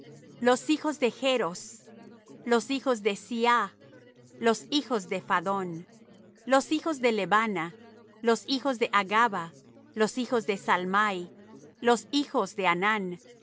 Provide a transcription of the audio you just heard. los hijos de chros los hijos de siaa los hijos de phadón los hijos de lebana los hijos de hagaba los hijos de salmai los hijos de hanán